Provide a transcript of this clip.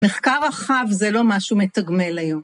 מחקר רחב זה לא משהו מתגמל היום.